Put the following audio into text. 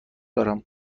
دارم